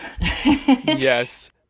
Yes